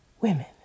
women